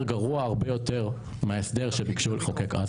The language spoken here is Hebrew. גרוע הרבה יותר מההסדר שביקשו לחוקק אז.